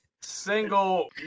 single